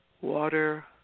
water